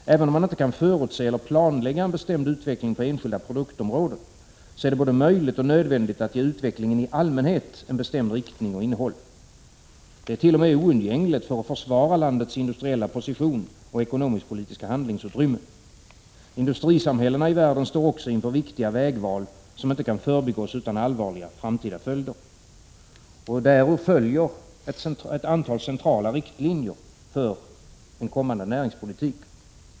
Även om man inte kan förutse eller planlägga en bestämd utveckling på enskilda produktområden, är det både möjligt och nödvändigt att ge utvecklingen i allmänhet en bestämd riktning och ett bestämt innehåll. Det är t.o.m. oundgängligt för att försvara landets industriella position och politiska handlingsutrymme. Industrisamhällena i världen står också inför viktiga vägval, som inte kan förbigås utan allvarliga framtida följder. Härav följer ett antal centrala riktlinjer för en kommande näringspolitik.